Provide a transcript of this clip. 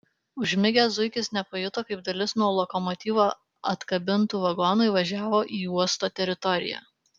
užmigęs zuikis nepajuto kaip dalis nuo lokomotyvo atkabintų vagonų įvažiavo į uosto teritoriją